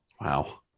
Wow